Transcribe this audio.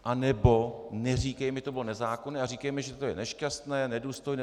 Anebo neříkejme, že to bylo nezákonné, a říkejme, že je to nešťastné, nedůstojné.